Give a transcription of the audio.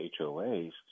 HOAs